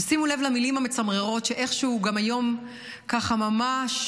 שימו לב למילים המצמררות שאיכשהו גם היום ככה ממש